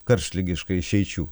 karštligiškai išeičių